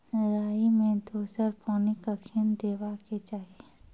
राई मे दोसर पानी कखेन देबा के चाहि?